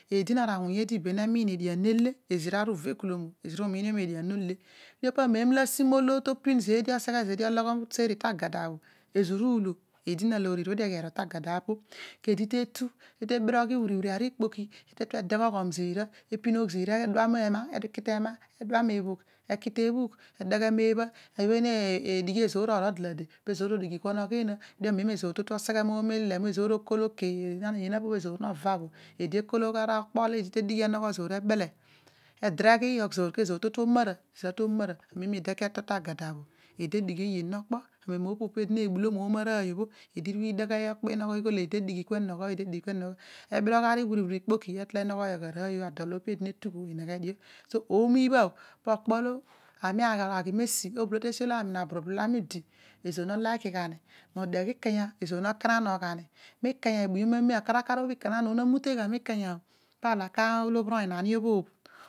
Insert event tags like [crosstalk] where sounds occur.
Eedi na ra awuny eedi be nemiin edian na le ezira aru uvekulom umiin median nole, kedio pa amen tasi namen obho to pam zeedi o loghom tagada bho, ezira uto eedi naloor irue dio eghi, keedi teetu ibirogh ari wiri wiri ikpoki odegho ghom zira apinogh ezira odua nan tema ebele nebhugh eki ta ebhugh, eguanogh odigh kere kere okpo, ibho eena edigh aami arol dalade pirzoor edighi ekua onogho eena, kedio ezoor totu oseghe moomo izele emu ezoor [unintelligible] edigh ezo bho eedi no tugh bho ineghe dio, so ono ibha bha po okpo lo aami aghi meesi oblodio te esi olo aami naraburu blol idi, ezoor noliki gha ni modeghe ikanya ezoor mo kanongh gha mei ikany ebuyom amen aleaer akar obh ikanan obho memute gha miikanya bho, ikanan olobhir oony na ani obhobh.